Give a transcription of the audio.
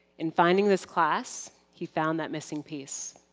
in finding this class, he found that missing piece.